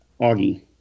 Augie